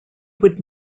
would